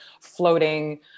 floating